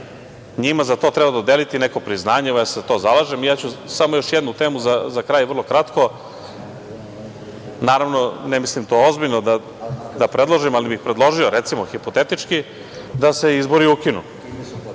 Njima za to treba dodeliti neko priznanje i, evo, ja se za to zalažem. Ja ću samo još jednu temu za kraj, vrlo kratko. Naravno, ne mislim to ozbiljno da predložim, ali bih predložio, recimo, hipotetički, da se izbori ukinu